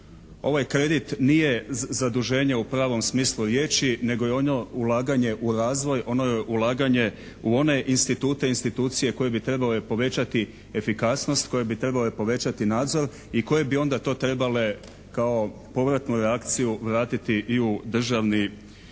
ovaj kredit nije zaduženje u pravom smislu riječi nego je ono ulaganje u razvoj, ono je ulaganje u one institute i institucije koje bi trebale povećati efikasnost, koje bi trebale povećati nadzor i koje bi onda to trebale kao povratnu reakciju vratiti i u državni